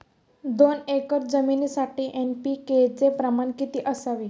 दोन एकर जमिनीसाठी एन.पी.के चे प्रमाण किती असावे?